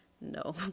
No